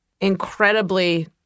incredibly